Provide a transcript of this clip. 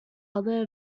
other